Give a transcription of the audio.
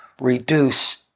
reduce